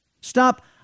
stop